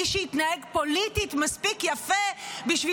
מי שיתנהג פוליטית מספיק יפה בשביל